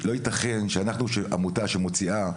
לא יתכן שאנחנו עמותה שמוציאה,